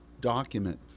document